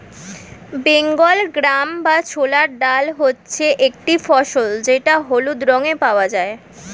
Bengal gram বা ছোলার ডাল হচ্ছে একটি ফসল যেটা হলুদ রঙে পাওয়া যায়